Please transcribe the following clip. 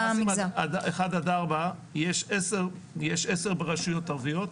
1-4 יש 10 ברשויות הערבית,